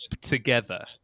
together